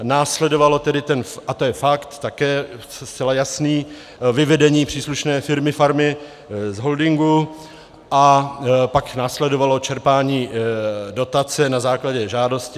Následovalo tedy, a to je fakt také zcela jasný, vyvedení příslušné firmy, farmy, z holdingu a pak následovalo čerpání dotace na základě žádosti atd.